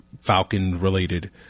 Falcon-related